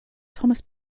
thomas